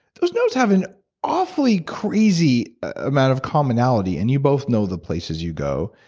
those notes have an awfully crazy amount of commonality. and you both know the places you go.